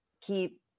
keep